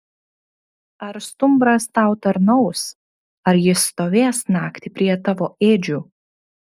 ar stumbras tau tarnaus ar jis stovės naktį prie tavo ėdžių